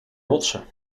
rotsen